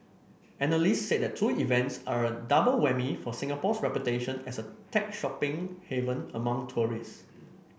analysts said the two events are a double whammy for Singapore's reputation as a tech shopping haven among tourists